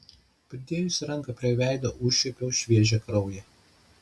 pridėjusi ranką prie veido užčiuopiau šviežią kraują